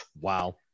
Wow